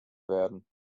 werden